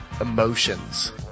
emotions